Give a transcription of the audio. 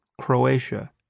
Croatia